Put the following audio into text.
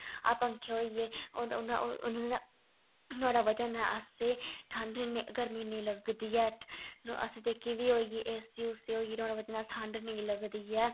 हर पंखे होई ऐ उनें नोह्ड़े वजहा ने असें ठंड इन गरमी नेईं लगदी ऐ अस जेह्के बी होई ऐ ए सी उसी होई ऐ नोह्ड़ी वजहा ने ठंड नेईं लगदी